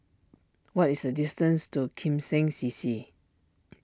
what is the distance to Kim Seng C C